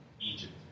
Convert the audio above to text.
Egypt